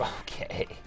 Okay